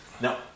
No